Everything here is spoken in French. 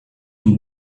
une